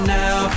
now